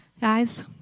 Guys